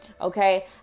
okay